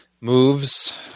moves